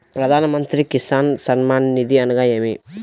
ప్రధాన మంత్రి కిసాన్ సన్మాన్ నిధి అనగా ఏమి?